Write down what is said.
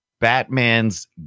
Batman's